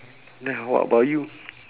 then what about you